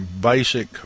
basic